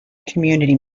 community